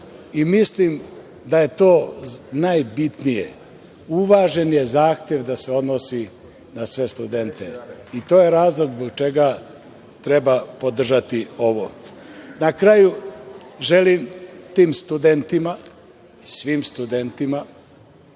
mislim da je to najbitnije. Uvažen je zahtev da se odnosi na sve studente i to je razlog zbog čega treba podržati ovo. Na kraju, želim tim studentima, svim studentima,